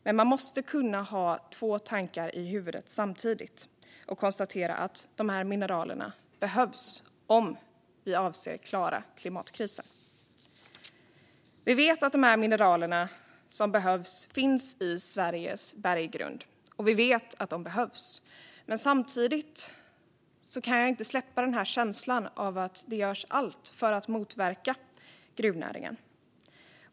Men man måste kunna ha två tankar i huvudet samtidigt och konstatera att de här mineralerna behövs om vi har för avsikt att klara klimatkrisen. Vi vet att mineralerna finns i Sveriges berggrund, och vi vet att de behövs. Men samtidigt kan jag inte släppa känslan av att man gör allt för att motverka gruvnäringen.